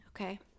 Okay